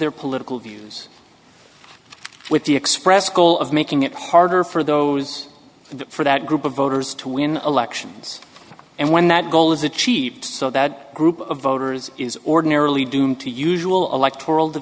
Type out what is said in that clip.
their political views with the express goal of making it harder for those and for that group of voters to win elections and when that goal is achieved so that group of voters is ordinarily doomed to usual electoral